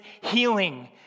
Healing